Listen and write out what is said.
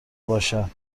باشد